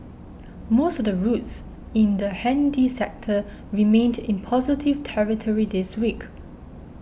most of the routes in the handy sector remained in positive territory this week